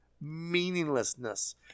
meaninglessness